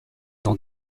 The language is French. dans